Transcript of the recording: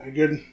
good